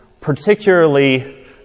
particularly